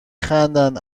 خندد